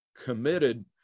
committed